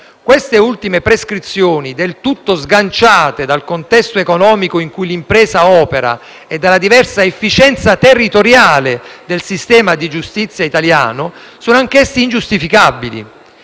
Queste ultime prescrizioni, del tutto sganciate dal contesto economico in cui l'impresa opera e dalla diversa efficienza territoriale del sistema di giustizia italiano, sono anch'esse ingiustificabili.